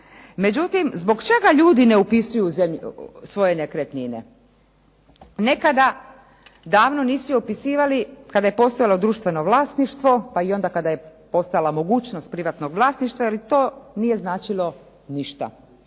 Međutim, zbog čega ljudi ne upisuju svoje nekretnine? Nekada davno nisu upisivali kada je postojalo društveno vlasništvo, pa i onda kada je postojala mogućnost privatnog vlasništva, jer to nije značilo ništa.